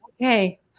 Okay